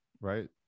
right